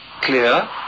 clear